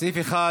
ציפי לבני,